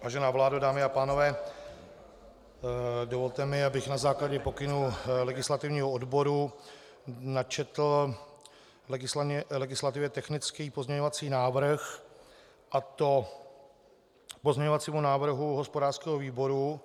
Vážená vládo, dámy a pánové, dovolte mi, abych na základě pokynů legislativního odboru načetl legislativně technický pozměňovací návrh, a to k pozměňovacímu návrhu hospodářského výboru.